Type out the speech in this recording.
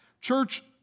Church